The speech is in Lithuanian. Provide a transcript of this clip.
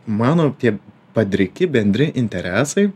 mano tie padriki bendri interesai